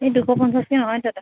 এই দুশ পঞ্চলিছকৈ নহয় দাদা